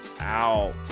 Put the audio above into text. out